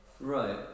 Right